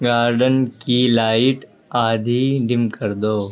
garden کی light آدھی dim کر دو